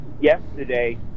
yesterday